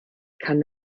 kann